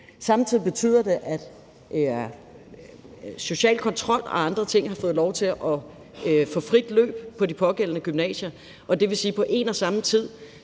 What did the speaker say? Samtidig betyder det, at social kontrol og andre ting har fået lov til at få frit løb på de pågældende gymnasier. Og det vil sige, at vi på en og samme tid